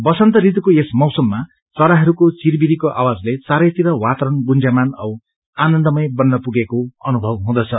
बसन्त ऋतुको यस मौसमा चराहरूको चिरीबिरीको आवाजले चारैतिर वातावरण गुंजयमान औ आनन्दमय बन्न पुगेको अनुभव हुँदछ